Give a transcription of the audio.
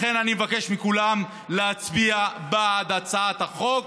לכן אני מבקש מכולם להצביע בעד הצעת החוק.